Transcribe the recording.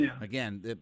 again